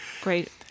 Great